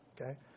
Okay